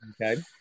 Okay